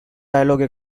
dialogue